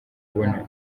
kubona